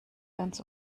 ganz